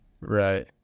right